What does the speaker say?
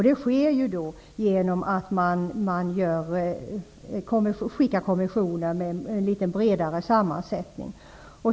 Det sker genom att man skickar kommissioner med litet bredare sammansättning.